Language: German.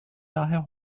daher